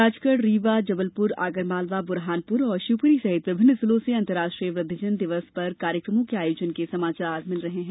राजगढ़ रीवा जबलपुर आगरमालवा बुरहानपुर और शिवपुरी सहित विभिन्न जिलों से अंतर्राष्ट्रीय वृद्वजन दिवस पर कार्यकमों के आयोजन के समाचार मिल रहे हैं